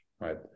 Right